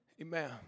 Amen